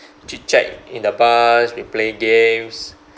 chit chat in the bus we play games